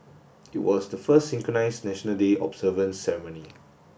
it was the first synchronised National Day observance ceremony